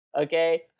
okay